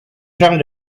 gens